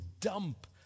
dump